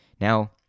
Now